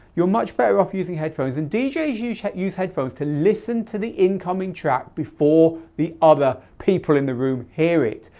you're much better off using headphones and djs use yeah use headphones to listen to the incoming track before the other people in the room hear it.